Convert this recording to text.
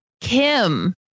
kim